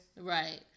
Right